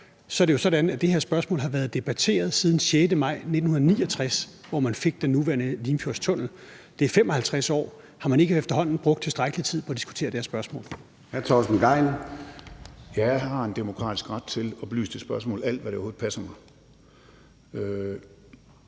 er det jo sådan, at det her spørgsmål har været debatteret siden den 6. maj 1969, hvor man fik den nuværende Limfjordstunnel. Det er 55 år. Har man efterhånden ikke brugt tilstrækkelig tid på at diskutere det her spørgsmål? Kl. 13:27 Formanden (Søren Gade): Hr. Torsten Gejl.